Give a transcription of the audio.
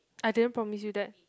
I didn't promise you that